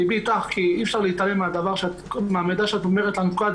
ליבי איתך כי אי-אפשר להתעלם מהמידע שאת אומרת לנו כאן.